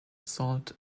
salt